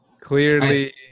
clearly